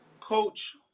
Coach